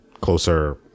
closer